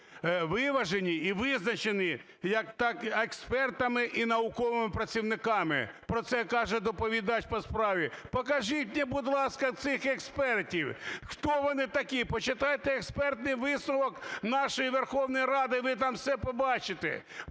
виважені і визначені експертами і науковими працівниками. Про це каже доповідач по справі. Покажіть мені, будь ласка, цих експертів, хто вони такі. Почитайте експертний висновок нашої Верховної Ради – ви там все побачите.